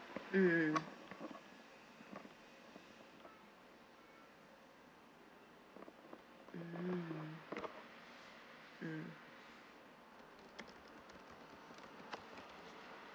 mm mm mm